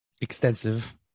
extensive